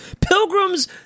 Pilgrims